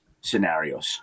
scenarios